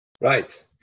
right